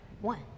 One